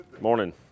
Morning